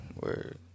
Word